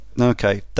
Okay